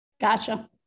gotcha